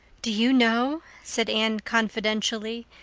do you know, said anne confidentially,